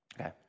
okay